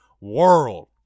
world